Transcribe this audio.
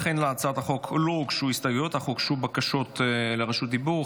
אכן להצעת החוק לא הוגשו הסתייגויות אך הוגשו בקשות רשות דיבור.